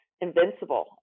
invincible